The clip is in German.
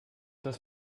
das